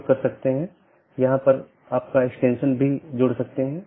जब ऐसा होता है तो त्रुटि सूचना भेज दी जाती है